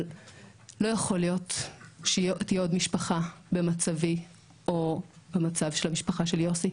לא יכול להיות שתהיה עוד משפחה במצבי או המצב של המשפחה של יוסי,